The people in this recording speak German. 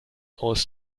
aus